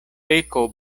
peko